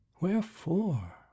Wherefore